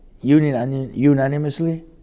unanimously